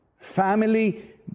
Family